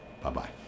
Bye-bye